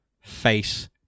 face